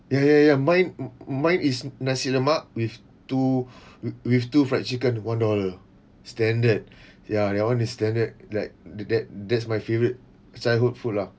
ya ya ya mine m~ mine is nasi lemak with two wi~ with two fried chicken one dollar standard ya that one is standard like that that that's my favourite childhood food lah